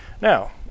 Now